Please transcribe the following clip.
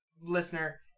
listener